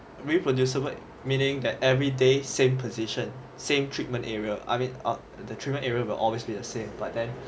reproducible meaning that every day same position same treatment area I mean ah the treatment area will always be the same but then